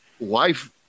life